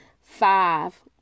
five